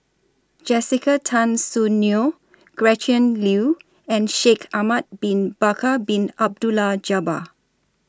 Jessica Tan Soon Neo Gretchen Liu and Shaikh Ahmad Bin Bakar Bin Abdullah Jabbar